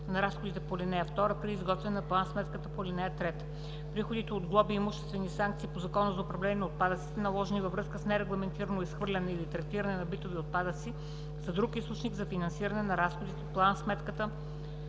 на разходите по ал. 2 при изготвяне на план-сметката по ал. 3. Приходите от глоби и имуществени санкции по Закона за управление на отпадъците, наложени във връзка с нерегламентирано изхвърляне или третиране на битови отпадъци, са друг източник за финансиране на разходите от план-сметката